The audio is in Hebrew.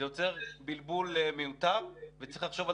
זה יוצר בלבול מיותר וצריך לחשוב על